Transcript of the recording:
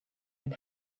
and